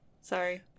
Sorry